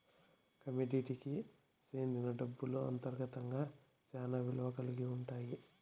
కమోడిటీకి సెందిన డబ్బులు అంతర్గతంగా శ్యానా విలువ కల్గి ఉంటాయి